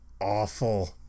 awful